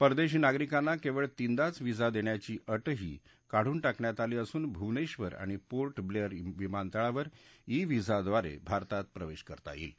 परदेशी नागरिकांना केवळ तीनदाच व्हिसा देण्याची अट्टी काढून टाकण्यात आली असून भुवनेबर आणि पोर्ट ब्लेअर विमानतळावर ई व्हिसाद्वारे भारतात प्रवेश करता येईल